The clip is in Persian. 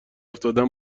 افتادم